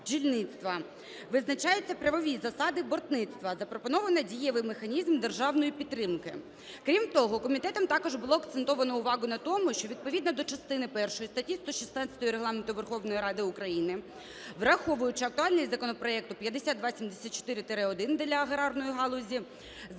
Визначаються правові засади бортництва. Запропоновано дієвий механізм державної підтримки. Крім того, комітетом також було акцентовано увагу на тому, що відповідно до частини першої, статті 116 Регламенту Верховної Ради України, враховуючи актуальність законопроекту 5274-1 для аграрної галузі,